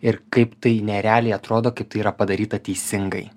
ir kaip tai nerealiai atrodo kaip tai yra padaryta teisingai